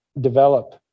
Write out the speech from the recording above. develop